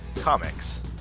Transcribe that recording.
Comics